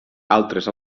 altres